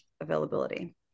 availability